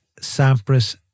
Sampras